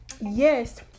yes